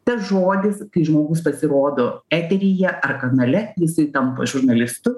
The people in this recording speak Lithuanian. tas žodis kai žmogus pasirodo eteryje ar kanale jisai tampa žurnalistu